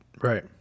Right